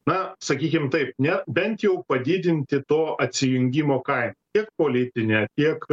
na sakykim taip ne bent jau padidinti to atsijungimo kainą tiek politinę tiek